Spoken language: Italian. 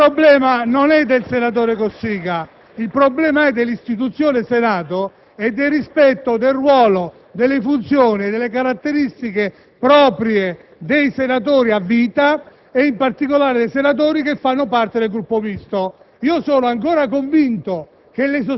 Il problema non è del senatore Cossiga, ma dell'istituzione Senato e del rispetto del ruolo, delle funzioni e delle caratteristiche proprie dei senatori a vita, e in particolare dei senatori che fanno parte del Gruppo Misto. Io sono ancora convinto